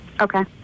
Okay